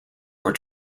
were